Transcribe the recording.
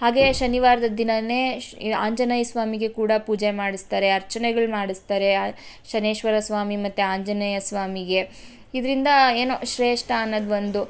ಹಾಗೆ ಶನಿವಾರದ ದಿನಾನೆ ಶ್ರೀ ಆಂಜನೇಯ ಸ್ವಾಮಿಗೆ ಕೂಡ ಪೂಜೆ ಮಾಡಿಸ್ತಾರೆ ಅರ್ಚನೆಗಳು ಮಾಡಿಸ್ತಾರೆ ಆ ಶನೈಶ್ವರ ಸ್ವಾಮಿ ಮತ್ತು ಆಂಜನೇಯ ಸ್ವಾಮಿಗೆ ಇದರಿಂದ ಏನೋ ಶ್ರೇಷ್ಠ ಅನ್ನೋದು ಒಂದು